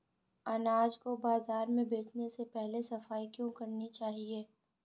अनाज को बाजार में बेचने से पहले सफाई क्यो करानी चाहिए?